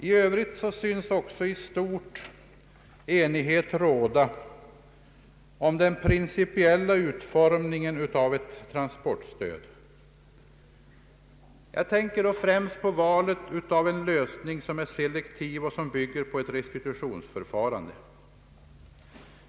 I övrigt synes det i stort sett råda enighet om den principiella utformningen av transportstödet — jag tänker då främst på valet av en lösning som är selektiv och som bygger på ett restitutionsförfarande.